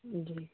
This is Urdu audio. جی